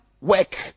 work